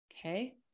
okay